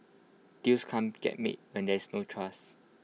deals can't get made when there is no trust